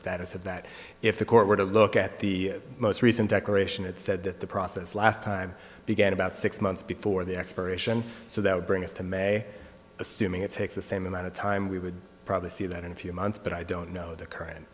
status of that if the court were to look at the most recent declaration it said that the process last time began about six months before the expiration so that would bring us to may assuming it takes the same amount of time we would probably see that in a few months but i don't know the current